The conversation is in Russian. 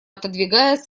отодвигаясь